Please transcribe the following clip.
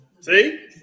See